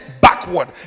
backward